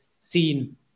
seen